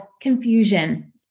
confusion